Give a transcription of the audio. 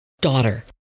daughter